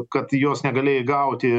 kad jos negalėjai gauti